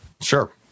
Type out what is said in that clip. Sure